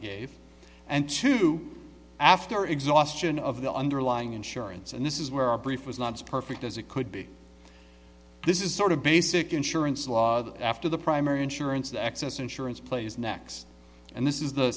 gave and two after exhaustion of the underlying insurance and this is where our brief was not perfect as it could be this is sort of basic insurance law after the primary insurance the excess insurance plays next and this is the